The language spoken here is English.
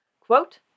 quote